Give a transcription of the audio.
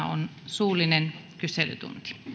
on suullinen kyselytunti